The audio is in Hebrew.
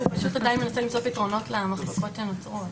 הוא רוצה למצוא פתרונות למחלוקות שנוצרו.